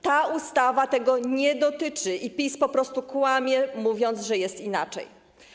Ta ustawa tego nie dotyczy i PiS po prostu kłamie, mówiąc, że jest inaczej.